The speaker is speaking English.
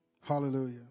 Hallelujah